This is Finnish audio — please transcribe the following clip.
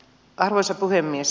arvoisa puhemies